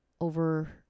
over